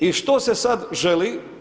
I što se sada želi?